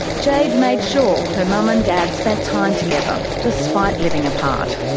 jade made sure her mum and dad spent time together, despite living apart.